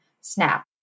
SNAP